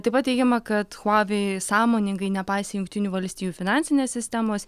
taip pat teigiama kad huawei sąmoningai nepaisė jungtinių valstijų finansinės sistemos